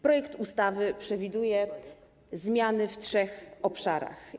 Projekt ustawy przewiduje zmiany w trzech obszarach.